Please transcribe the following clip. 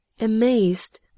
Amazed